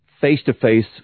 face-to-face